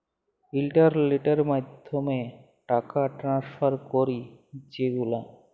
ইলটারলেটের মাধ্যমে টাকা টেনেসফার ক্যরি যে গুলা